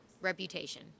Reputation